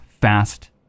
fast